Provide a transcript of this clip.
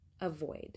avoid